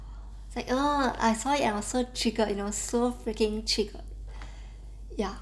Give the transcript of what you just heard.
it's like ugh I saw it I was so triggered you know so freaking triggered ya